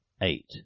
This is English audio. eight